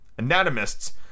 Anatomists